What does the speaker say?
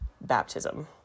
baptism